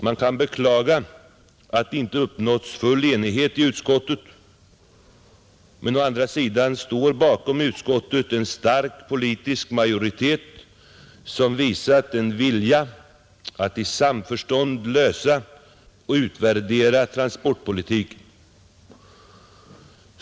Man kan beklaga att det inte uppnåtts full enighet i utskottet, men bakom utskottet står dock en stark politisk majoritet som visat en vilja att i samförstånd lösa problemen och utvärdera transportpolitiken.